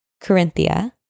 Corinthia